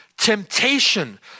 Temptation